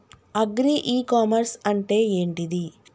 Agri e commerce అంటే ఏంటిది?